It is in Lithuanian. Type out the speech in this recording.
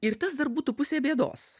ir tas dar būtų pusė bėdos